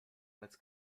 als